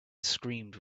screamed